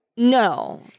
No